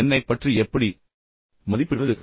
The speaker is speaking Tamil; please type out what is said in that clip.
என்னைப் பற்றி நான் எப்படி மதிப்பிடுவது